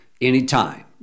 anytime